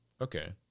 Okay